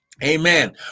Amen